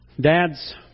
Dads